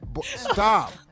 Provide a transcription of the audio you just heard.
Stop